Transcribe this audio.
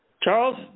Charles